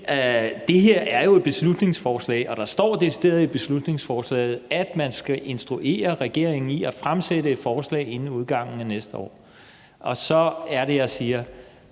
det her er jo et beslutningsforslag, og der står decideret i beslutningsforslaget, at man skal instruere regeringen i at fremsætte et forslag inden udgangen af næste år. Så er det, jeg siger: